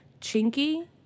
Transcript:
chinky